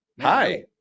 Hi